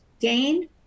gain